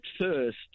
first